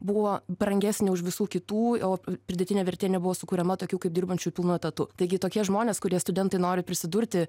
buvo brangesnė už visų kitų o pridėtinė vertė nebuvo sukuriama tokių kaip dirbančių pilnu etatu taigi tokie žmonės kurie studentai nori prisidurti